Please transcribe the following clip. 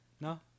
No